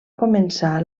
començar